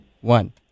one